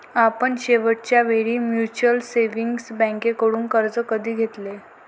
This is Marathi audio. आपण शेवटच्या वेळी म्युच्युअल सेव्हिंग्ज बँकेकडून कर्ज कधी घेतले?